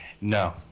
no